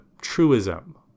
truism